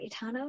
Itano